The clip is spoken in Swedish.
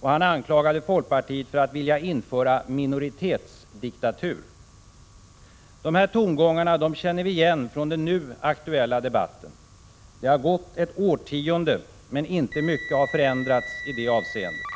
och han anklagade folkpartiet för att vilja införa minoritetsdiktatur. De här tongångarna känner vi igen från den nu aktuella debatten. Ett årtionde har gått, men inte mycket har förändrats i det avseendet.